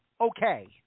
Okay